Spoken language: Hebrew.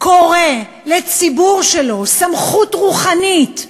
קורא לציבור שלו, סמכות רוחנית,